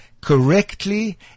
correctly